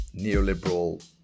neoliberal